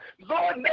Lord